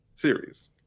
series